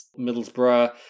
Middlesbrough